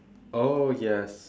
oh yes